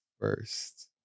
first